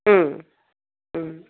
ம் ம்